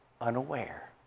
unaware